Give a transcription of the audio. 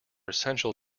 essential